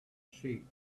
sheep